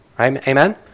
Amen